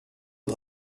aux